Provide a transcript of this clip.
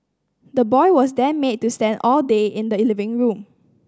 the boy was then made to stand all day in the living room